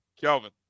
Kelvin